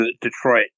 Detroit